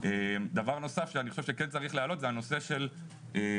דבר נוסף שאני חושב שצריך להעלות הוא הנושא של פיזיותרפיסטיות,